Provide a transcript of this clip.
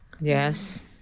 Yes